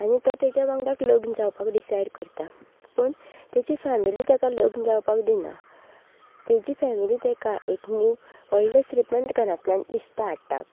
आनी तें ताज्या वांगडाच लग्न जावपाक डिसायड करता पूण ताजी फेमिली ताका लग्न जावपाक दिना ताजी फेमिली ताका एक न्यू व्हडलें श्रीमंत घरांतल्यान रिश्ता हाडटा